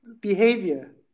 behavior